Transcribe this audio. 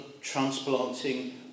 transplanting